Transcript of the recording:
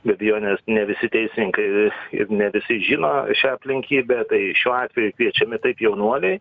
be abejonės ne visi teisininkai ir ne visi žino šią aplinkybę tai šiuo atveju kviečiami taip jaunuoliai